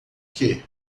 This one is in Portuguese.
que